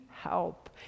help